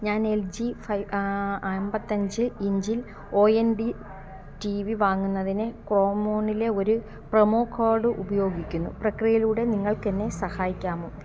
ഞാൻ L G five അമ്പത്തഞ്ച് ഇഞ്ചിൽ O N D T V വാങ്ങുന്നതിന് ക്രോമോണിലെ ഒരു പ്രൊമോ കോഡ് ഉപ്രയോഗിക്കുന്നു പ്രക്രിയയിലൂടെ നിങ്ങൾക്ക് എന്നെ സഹായിക്കാമോ